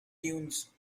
dunes